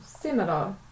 similar